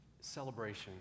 celebration